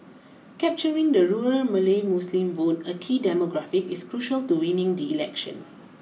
capturing the rural Malay Muslim vote a key demographic is crucial to winning the election